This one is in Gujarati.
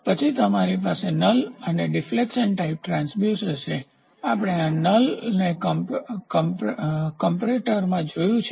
પછી તમારી પાસે નલ અને ડિફ્લેક્શન ટાઇપ ટ્રાંસડ્યુસર છે આપણે આ નલને કમ્પ્રેટરમાં જોયું છે